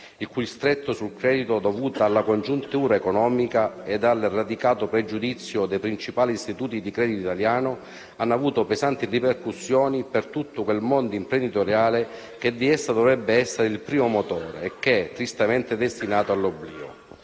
la stretta sul credito, dovuta alla congiuntura economica ed al radicato pregiudizio dei principali istituti di credito italiani, ha avuto pesanti ripercussioni per tutto quel mondo imprenditoriale che di essa dovrebbe essere il primo motore, e che è tristemente destinato all'oblio.